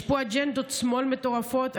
יש פה אג'נדות שמאל מטורפות.